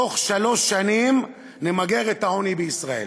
בתוך שלוש שנים נמגר את העוני בישראל.